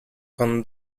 con